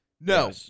No